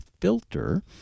Filter